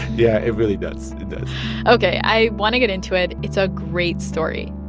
yeah, it really does. it does ok. i want to get into it. it's a great story,